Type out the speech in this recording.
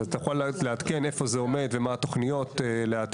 אתה יכול לעדכן אותנו איפה זה עומד ומה התוכניות לעתיד?